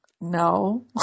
No